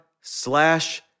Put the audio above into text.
slash